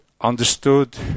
understood